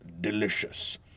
Delicious